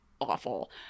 awful